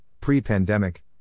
pre-pandemic